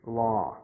law